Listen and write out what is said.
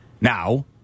Now